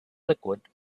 liquid